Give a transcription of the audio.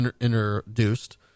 introduced